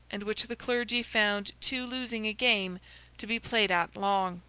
and which the clergy found too losing a game to be played at long.